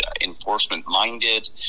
enforcement-minded